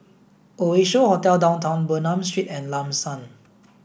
Oasia Hotel Downtown Bernam Street and Lam San